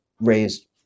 raised